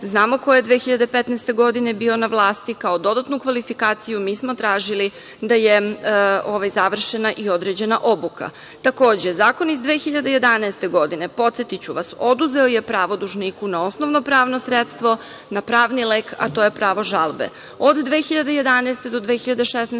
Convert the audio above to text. Znamo ko je 2015. godine bio na vlasti. Kao dodatnu kvalifikaciju, mi smo tražili da je završena i određena obuka. Takođe, zakon iz 2011. godine, podsetiću vas, oduzeo je pravo dužniku na osnovno pravno sredstvo, na pravni lek, a to je pravo žalbe.